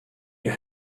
you